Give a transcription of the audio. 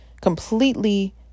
completely